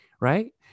right